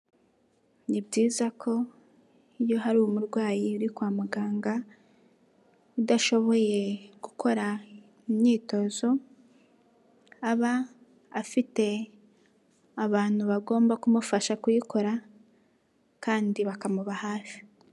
Ni byiza ko iyo hari umurwayi uri kwa muganga udashoboye gukora imyitozo aba afite abantu bagomba kumufasha kuyikora kandi bakamuba hafi.